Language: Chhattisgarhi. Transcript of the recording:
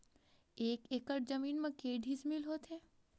एक एकड़ जमीन मा के डिसमिल होथे?